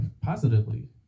positively